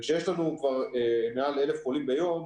כשיש לנו כבר מעל 1,000 חולים ביום,